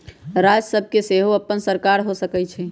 राज्य सभ के सेहो अप्पन सरकार हो सकइ छइ